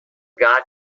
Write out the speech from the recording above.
got